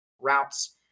routes